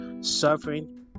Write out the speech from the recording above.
suffering